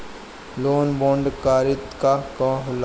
Gold bond करतिं का होला?